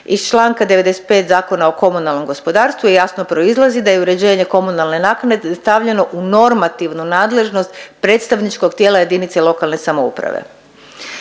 iz čl. 95. Zakona o komunalnom gospodarstvu jasno proizlazi da je uređenje komunalne naknade stavljeno u normativnu nadležnost predstavničkog tijela jedinice lokalne samouprave.